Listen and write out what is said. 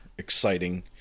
exciting